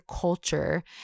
culture